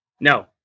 No